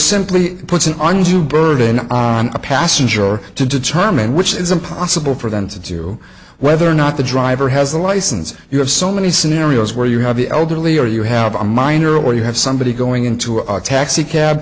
simply puts an undue burden on a passenger to determine which is impossible for them to do whether or not the driver has a license you have so many scenarios where you have the elderly or you have a minor or you have somebody going into a taxicab